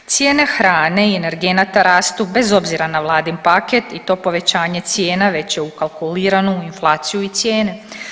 Cijene hrane i energenata rastu bez obzira na vladin paket i to povećanje cijena već je ukalkulirano u inflaciju i cijene.